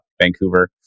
Vancouver